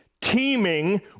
teeming